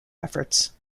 efforts